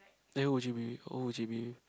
then would you be with what would you be with